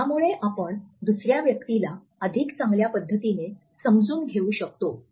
यामुळे आपण दुसऱ्या व्यक्तीला अधिक चांगल्या पद्धतीने समजून घेऊ शकतो